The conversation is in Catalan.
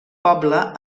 poble